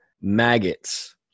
maggots